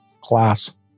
class